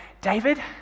David